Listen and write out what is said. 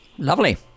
Lovely